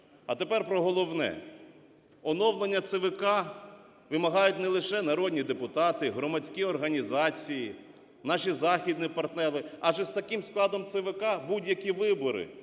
А тепер про головне. Оновлення ЦВК вимагають не лише народні депутати, громадські організації, наші західні партнери, адже з таким складом ЦВК будь які вибори